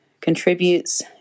contributes